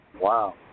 Wow